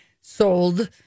sold